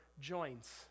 joints